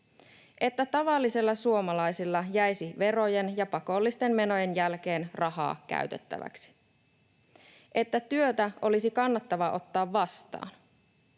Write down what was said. että tavallisilla suomalaisilla jäisi verojen ja pakollisten menojen jälkeen rahaa käytettäväksi, että työtä olisi kannattavaa ottaa vastaan